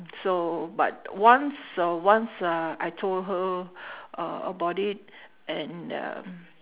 so but once uh once uh I told her uh about it and um